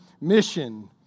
mission